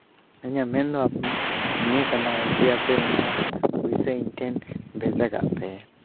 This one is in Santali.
ᱤᱧᱟᱹᱜ ᱢᱮᱱᱫᱚ ᱱᱤᱭᱟᱹ ᱠᱟᱱᱟ ᱡᱮ ᱟᱯᱮ ᱚᱱᱟ ᱯᱩᱭᱥᱟᱹ ᱤᱧ ᱴᱷᱮᱱ ᱵᱷᱮᱡᱟ ᱠᱟᱜ ᱯᱮ